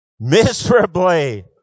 miserably